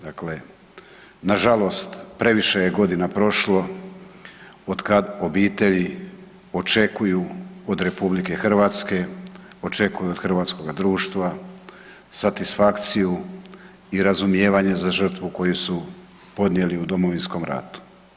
Dakle, nažalost previše je godina prošlo otkad obitelji očekuju od RH, očekuju od hrvatskoga društva satisfakciju i razumijevanje za žrtvu koju su podnijeli u Domovinskom ratu.